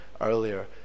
earlier